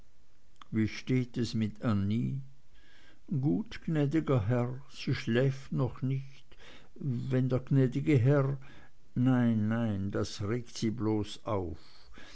wie steht es mit annie gut gnäd'ger herr sie schläft noch nicht wenn der gnäd'ge herr nein nein das regt sie bloß auf